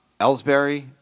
Ellsbury